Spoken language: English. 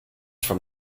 from